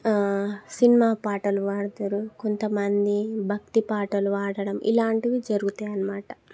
cinema పాటలు పాడతారు కొంతమంది భక్తి పాటలు పాడడం ఇలాంటివి జరుగుతాయన్నమాట